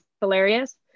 hilarious